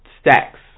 stacks